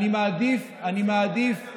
אני מעדיף,